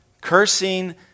cursing